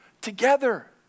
Together